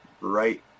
right